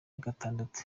gatandatu